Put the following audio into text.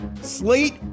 slate